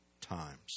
times